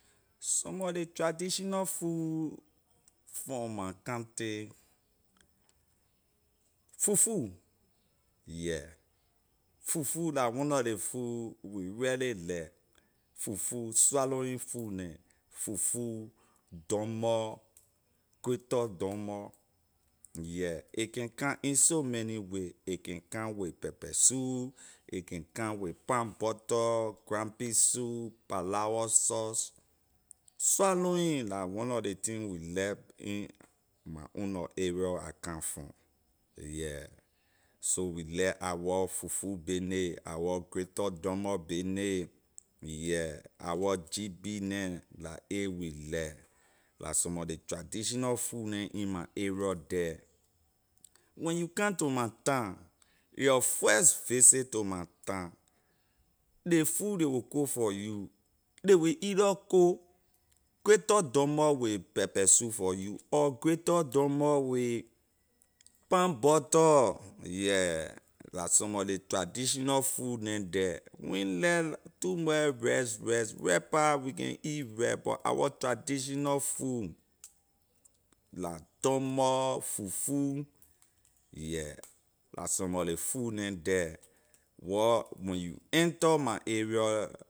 Some mor ley traditional food from my county fufu yeah fufu la one ley food we really like fufu swallowing food neh fufu dumboy gritter dumboy yeah a can come in so many way a can come with pepper soup a can come with palm butter ground pea soup palawor sauce swallowing la one lor ley thing we like in my own nor area I come from yeah so we like our fufu baney our gritter dumboy baney yeah our gb neh la a we like la some mor ley traditional food neh in my area there when you come to my town your first visit to my town ley food ley wey cook for you ley wey either cook gritter dumboy with pepper soup for you or gritter dumboy with palm butter yeah la some mor ley traditional food neh the we na like too much rice rice rice, rice pah we can eat rice but our traditional food la dumboy fufu yeah la some mor ley food neh there wor when you enter my area